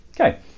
Okay